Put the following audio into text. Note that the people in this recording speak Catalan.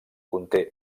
conté